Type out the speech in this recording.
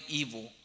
evil